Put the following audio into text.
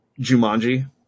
Jumanji